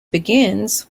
begins